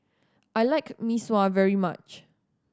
I like Mee Sua very much